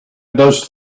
does